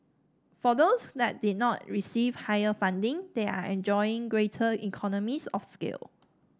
for those that did not receive higher funding they are enjoying greater economies of scale